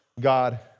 God